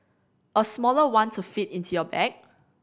a smaller one to fit into your bag